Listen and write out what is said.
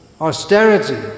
austerity